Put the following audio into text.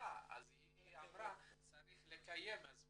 לקהילה אז היא אמרה, צריך לקיים, אז